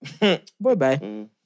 Bye-bye